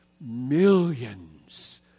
millions